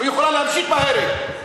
והיא יכולה להמשיך בהרג.